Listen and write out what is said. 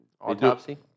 Autopsy